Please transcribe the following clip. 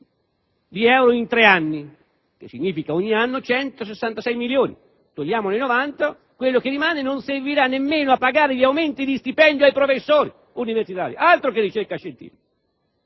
di euro in tre anni, il che significa ogni anno 166 milioni. Togliamone 90, e ciò che rimane non servirà nemmeno a pagare gli aumenti di stipendio ai professori universitari. Altro che ricerca scientifica!